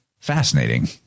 Fascinating